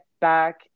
back